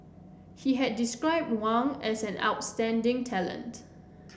he had described Wang as an outstanding talent